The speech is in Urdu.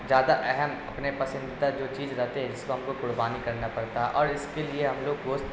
زیادہ اہم اپنے پسند کا جو چیز رہتا ہے جس کو ہم کو قربانی کرنا پڑتا ہے اور اس کے لیے ہم لوگ گوشت